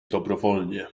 dobrowolnie